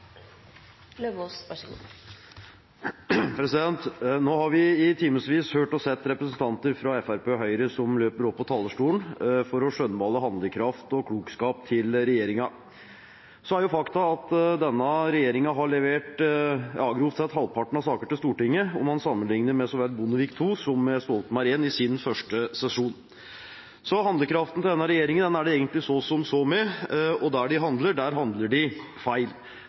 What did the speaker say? til regjeringen. Så er jo faktum at denne regjeringen i sin første sesjon har levert grovt sett halvparten av antallet saker til Stortinget, om man sammenligner med så vel Bondevik II som Stoltenberg I. Så handlekraften til denne regjeringen er det egentlig så som så med, og der de handler, handler de feil.